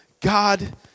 God